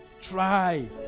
Try